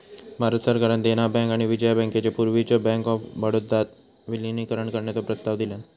भारत सरकारान देना बँक आणि विजया बँकेचो पूर्वीच्यो बँक ऑफ बडोदात विलीनीकरण करण्याचो प्रस्ताव दिलान